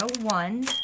one